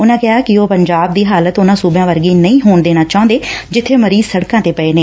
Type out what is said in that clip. ਉਨੂਾਂ ਕਿਹਾ ਕਿ ਉਹ ਪੰਜਾਬ ਦੀ ਹਾਲਤ ਉਨਾਂ ਸੁਬਿਆਂ ਵਰਗੀ ਨਹੀਂ ਹੋਣ ਦੇਣਾ ਚਾਹੁੰਦੇ ਜਿੱਬੇ ਮਰੀਜ਼ ਸੜਕਾਂ ਤੇ ਪਏ ਨੇ